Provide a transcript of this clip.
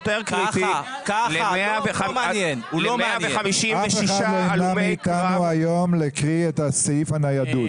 אנחנו רוצים להקריא היום את סעיף הניידות.